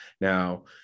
Now